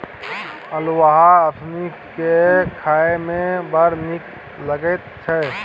अल्हुआ उसनि कए खाए मे बड़ नीक लगैत छै